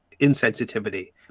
insensitivity